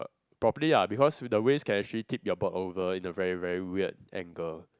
properly lah because the waves can actually tip your berk over in a very very weird angle